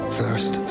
first